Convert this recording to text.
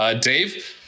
Dave